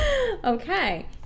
Okay